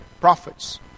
prophets